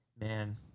Man